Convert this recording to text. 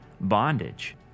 bondage